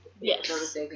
Yes